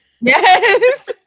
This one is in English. Yes